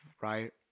right